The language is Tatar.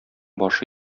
башы